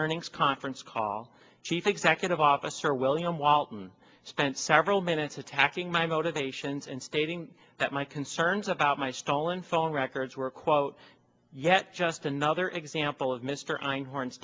earnings conference call chief executive officer william walton spent several minutes attacking my motivations in stating that my concerns about my stolen phone records were quote yet just another example of mr einhorn